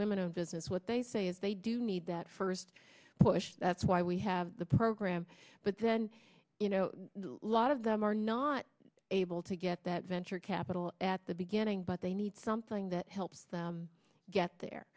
of business what they say is they do need that first push that's why we have the program but then you know a lot of them are not able to get that venture capital at the beginning but they need something that helps them get there